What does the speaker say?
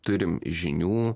turim žinių